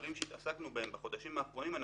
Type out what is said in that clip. שהתעסקנו בהם בחודשים האחרונים,